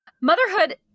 Motherhood